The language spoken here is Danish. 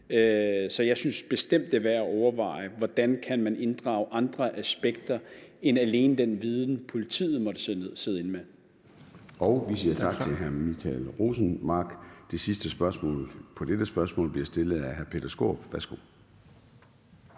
Så jeg synes bestemt, det er værd at overveje, hvordan man kan inddrage andre aspekter end alene den viden, politiet måtte sidde inde med. Kl. 14:10 Formanden (Søren Gade): Vi siger tak til hr. Michael Rosenmark. Det sidste spørgsmål i dette spørgsmål bliver stillet af hr. Peter Skaarup. Værsgo.